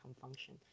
function